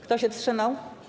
Kto się wstrzymał?